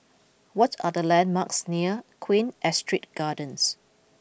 what are the landmarks near Queen Astrid Gardens